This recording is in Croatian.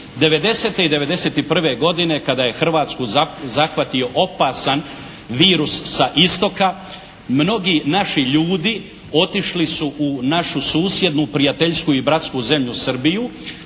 '90. i '91. godine kada je Hrvatsku zahvatio opasan virus sa istoka mnogi naši ljudi otišli su u našu susjednu prijateljsku i bratsku zemlju Srbiju,